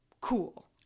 cool